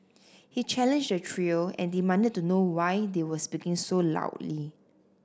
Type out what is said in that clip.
he challenged the trio and demanded to know why they were speaking so loudly